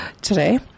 today